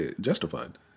justified